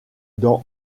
dans